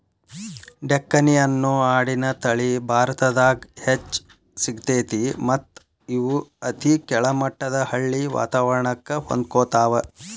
ಡೆಕ್ಕನಿ ಅನ್ನೋ ಆಡಿನ ತಳಿ ಭಾರತದಾಗ್ ಹೆಚ್ಚ್ ಸಿಗ್ತೇತಿ ಮತ್ತ್ ಇವು ಅತಿ ಕೆಳಮಟ್ಟದ ಹಳ್ಳಿ ವಾತವರಣಕ್ಕ ಹೊಂದ್ಕೊತಾವ